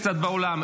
קצת שקט באולם.